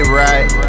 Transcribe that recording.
right